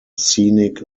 scenic